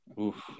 oof